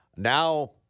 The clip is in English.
Now